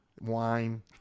wine